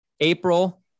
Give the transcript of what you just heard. April